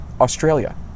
Australia